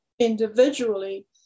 individually